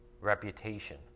reputation